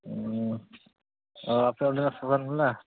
ᱚ ᱟᱯᱮ ᱚᱸᱰᱮ ᱨᱮᱱᱟᱜ ᱥᱚᱜᱟᱨ ᱢᱮᱞᱟ